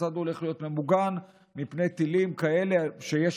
כיצד הוא הולך להיות ממוגן מפני טילים כאלה שיש